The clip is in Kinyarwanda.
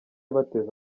bateze